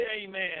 amen